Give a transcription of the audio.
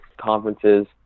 conferences